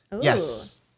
Yes